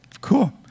Cool